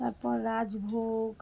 তারপর রাজভোগ